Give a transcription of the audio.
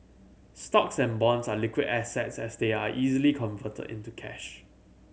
stocks and bonds are liquid assets as they are easily converted into cash